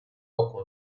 بکن